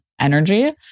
energy